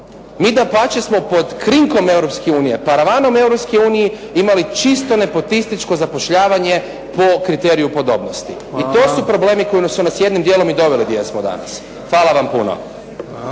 Mi dapače smo pod krinkom Europske unije, paravanom Europskoj uniji imali čisto nepotističko zapošljavanje po kriteriju podobnosti. I to su problemi koji su nas jednim dijelom i doveli gdje jesmo danas. Hvala vam puno.